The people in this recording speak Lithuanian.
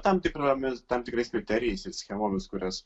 tam tikromis tam tikrais kriterijais ir schemomis kurias